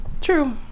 True